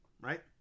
Right